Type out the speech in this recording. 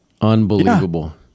Unbelievable